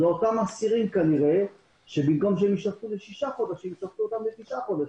זה אותם אסירים שבמקום שהם יישפטו לשישה חודשים שפטו אותם לתשעה חודשים.